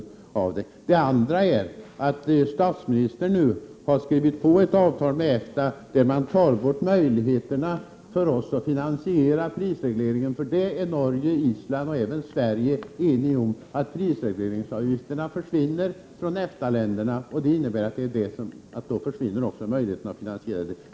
Den andra anledningen är att statsministern nu har skrivit på ett avtal med EFTA som berövar oss möjligheterna att finansiera prisregleringen. I Norge, Island och Sverige är vi överens om att prisregleringsavgifterna försvinner från EFTA-länderna, och då försvinner också möjligheterna att finansiera prisregleringen.